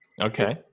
Okay